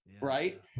right